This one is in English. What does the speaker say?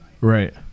Right